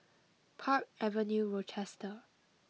Park Avenue Rochester